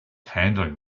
handling